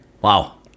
Wow